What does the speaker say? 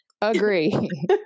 agree